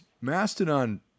Mastodon